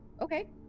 Okay